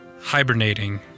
hibernating